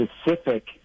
specific